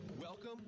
welcome